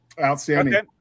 Outstanding